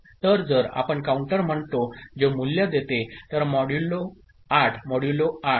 तर जर आपण काउंटर म्हणतो जे मूल्य देते तर मॉड्युलो 8 मॉड्युलो 8